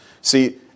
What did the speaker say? See